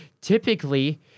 typically